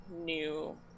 new